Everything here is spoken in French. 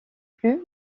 plus